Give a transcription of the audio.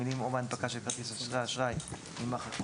המילים "או בהנפקה של כרטיסי אשראי" - יימחקו.